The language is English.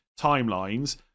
timelines